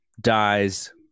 dies